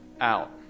out